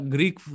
Greek